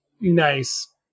Nice